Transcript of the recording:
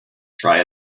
try